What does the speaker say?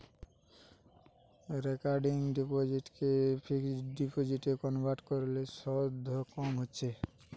recurring ডিপোসিটকে fixed ডিপোজিটে convert কোরলে শুধ কম হচ্ছে